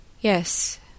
Yes